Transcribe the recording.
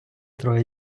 троє